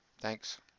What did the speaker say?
Thanks